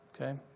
Okay